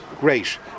Great